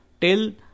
till